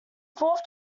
fourth